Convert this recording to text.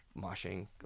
moshing